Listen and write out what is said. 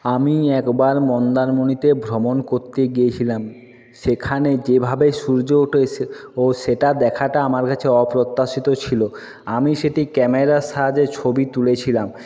আমি একবার মন্দারমণিতে ভ্রমণ করতে গিয়েছিলাম সেখানে যেভাবে সূর্য ওঠে ও সেটা দেখাটা আমার কাছে অপ্রত্যাশিত ছিলো আমি সেটি ক্যামেরার সাহায্যে ছবি তুলেছিলাম